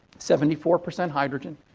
seventy four percent hydrogen,